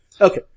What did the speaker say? Okay